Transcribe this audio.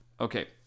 Okay